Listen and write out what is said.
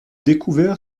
découvert